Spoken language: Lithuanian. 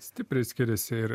stipriai skiriasi ir